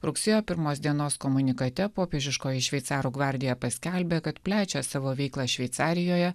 rugsėjo pirmos dienos komunikate popiežiškoji šveicarų gvardija paskelbė kad plečia savo veiklą šveicarijoje